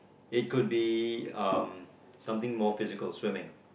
it could be um something move physical swimming